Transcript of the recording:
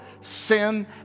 sin